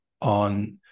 on